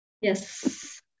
Yes